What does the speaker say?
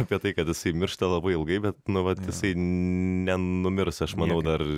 apie tai kad jisai miršta labai ilgai bet nu vat jisai nenumirs aš manau dar